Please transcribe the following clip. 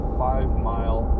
five-mile